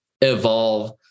evolve